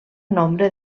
nombre